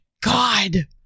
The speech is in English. God